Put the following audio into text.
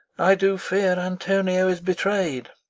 i do fear antonio is betray'd.